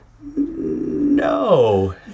No